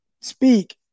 speak